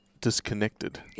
disconnected